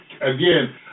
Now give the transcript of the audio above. Again